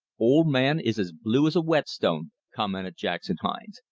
old man is as blue as a whetstone, commented jackson hines,